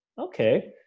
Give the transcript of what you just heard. Okay